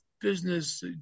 business